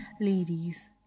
ladies